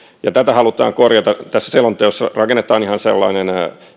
ja tätä halutaan korjata tässä selonteossa rakennetaan ihan sellainen